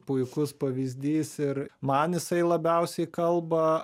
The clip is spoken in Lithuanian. puikus pavyzdys ir man jisai labiausiai kalba